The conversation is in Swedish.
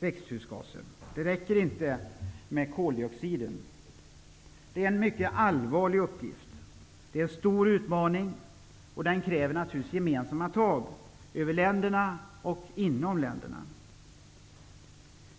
växthusgaser. Det räcker inte med koldioxiden. Det här är en mycket allvarlig uppgift. Det är en stor utmaning, och det kräver naturligtvis gemensamna tag mellan och inom länderna.